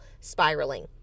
spiraling